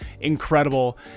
incredible